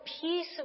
peace